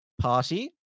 Party